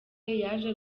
yaje